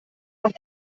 noch